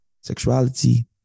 sexuality